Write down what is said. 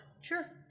Sure